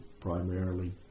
primarily